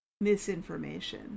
misinformation